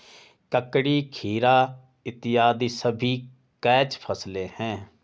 ककड़ी, खीरा इत्यादि सभी कैच फसलें हैं